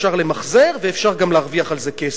אפשר למחזר ואפשר גם להרוויח על זה כסף.